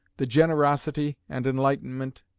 the generosity and enlightenment,